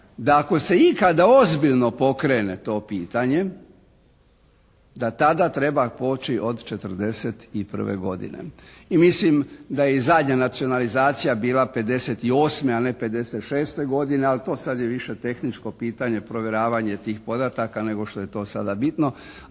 da ako se ikada ozbiljno pokrene to pitanje da tada treba poći od '41. godine i mislim da je zadnja nacionalizacija bila '58., a ne '56. godine, ali to sad je više tehničko pitanje provjeravanje tih podataka nego što je to sada bitno.